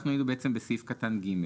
אנחנו היינו בסעיף קטן (ג):